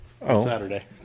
Saturday